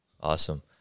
Awesome